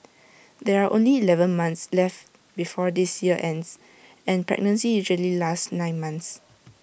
there are only Eleven months left before this year ends and pregnancy usually lasts nine months